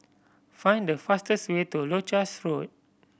find the fastest way to Leuchars Road